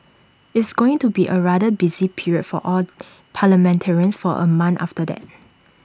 it's going to be A rather busy period for all parliamentarians for A month after that